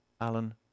Alan